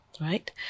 right